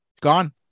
Gone